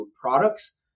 products